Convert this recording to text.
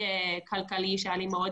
אני לא יכולה להבטיח שאשאר בארץ לעולם,